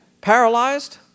paralyzed